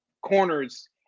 corners